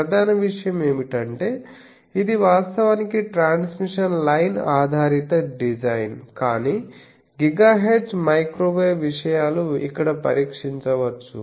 ప్రధాన విషయం ఏమిటంటే ఇది వాస్తవానికి ట్రాన్స్మిషన్ లైన్ ఆధారిత డిజైన్ కానీ GHz మైక్రోవేవ్ విషయాలు ఇక్కడ పరీక్షించవచ్చు